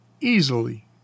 easily